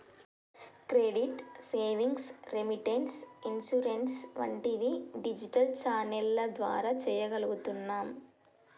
credit, savings, remittance, insurance వంటివి digital ఛానెల్ల ద్వారా చెయ్యగలుగుతున్నాం